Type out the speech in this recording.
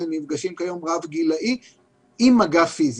הם נפגשים היום באופן רב-גילאי עם מגע פיזי,